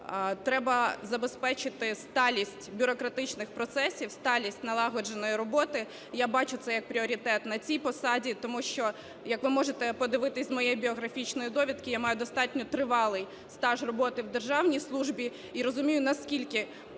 треба забезпечити сталість бюрократичних процесів, сталість налагодженої роботи. Я бачу це як пріоритет на цій посаді. Тому що, як ви можете подивитися з моєї біографічної довідки, я маю достатньо тривалий стаж роботи в державній службі і розумію, наскільки можуть